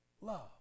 Love